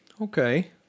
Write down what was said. Okay